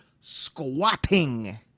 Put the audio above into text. squatting